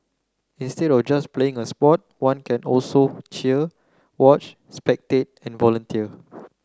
instead of just playing a sport one can also cheer watch spectate and volunteer